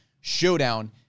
showdown